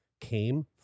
came